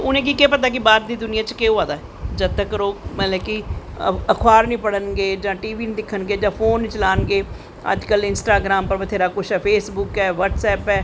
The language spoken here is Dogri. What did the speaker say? उनेंगी केह् पता कि बाह्र दी दुनियां च केह् होआ दा जद तक ओह् मतलव कि अखवार नी पढ़न गे जां टी बी नी दिक्खन गे जां टी बी नी चलान गे अज्ज कल इंस्टाग्रम पर बत्थेरा किश ऐ फेसबुक ऐ ब्हटसैप ऐ